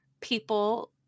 people